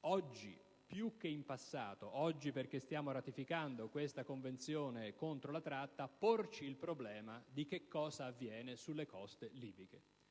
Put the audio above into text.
oggi che stiamo ratificando questa Convenzione contro la tratta più che in passato, porci il problema di che cosa avviene sulle coste libiche.